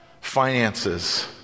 finances